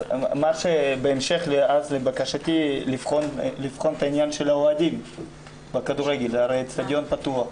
בהמשך לבקשתי לבחון את עניין האוהדים בכדורגל הרי האצטדיון פתוח.